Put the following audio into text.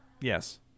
Yes